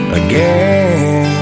again